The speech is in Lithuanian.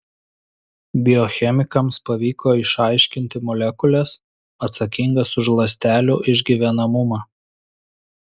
biochemikams pavyko išaiškinti molekules atsakingas už ląstelių išgyvenamumą